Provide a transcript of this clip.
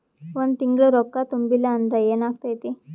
ಒಂದ ತಿಂಗಳ ರೊಕ್ಕ ತುಂಬಿಲ್ಲ ಅಂದ್ರ ಎನಾಗತೈತ್ರಿ?